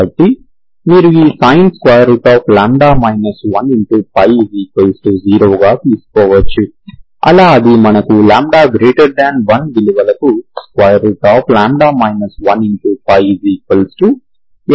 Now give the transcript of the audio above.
కాబట్టి మీరు ఈ sinλ 10 గా తీసుకోవచ్చు అలా ఇది మనకు λ1 విలువలకు λ 1nπ గా ఇస్తుంది